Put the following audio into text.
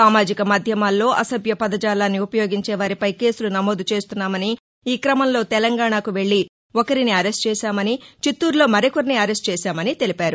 సామాజిక మాధ్యమాల్లో అసభ్య పదజాలాన్ని ఉపయోగించేవారిపై కేసులు నమోదు చేస్తున్నామని ఈ క్రమంలో తెలంగాణాకు వెళ్లి ఒకరిని అరెస్ట్ చేశామని చిత్తూరులో మరొకరిని అరెస్ట్ చేశామని తెలిపారు